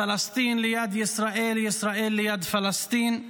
פלסטין ליד ישראל, ישראל ליד פלסטין,